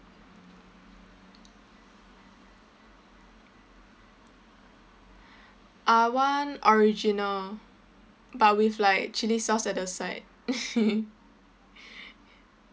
I want original but with like chilli sauce at the side